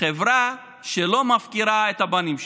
חברה שלא מפקירה את הבנים שלה.